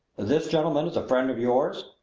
this gentleman is a friend of yours?